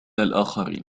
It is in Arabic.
الآخرين